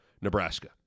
Nebraska